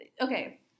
okay